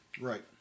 Right